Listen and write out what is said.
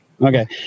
Okay